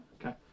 Okay